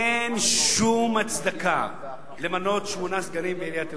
אין שום הצדקה למנות שמונה סגנים בעיריית ירושלים.